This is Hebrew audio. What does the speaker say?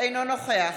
אינו נוכח